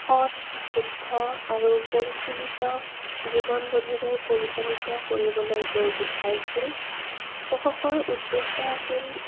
সৎ শুদ্ধ আৰু পৰিশিলিত জীৱনবোধেৰে পৰিচালিত কৰিবলৈ তেওঁ বিচাৰিছিল অশোকৰ উদ্দেশ্য আছিল